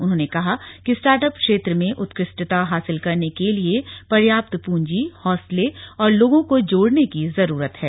उन्होंने कहा कि स्टार्टअप क्षेत्र में उत्कृष्टता हासिल करने के लिए पर्याप्त पूंजी हौसले और लोगों को जोड़ने की जरूरत है